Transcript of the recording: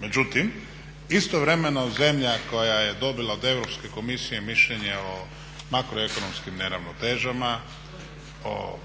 Međutim, istovremeno zemlja koja je dobila od Europske komisije mišljenje o makroekonomskim neravnotežama, o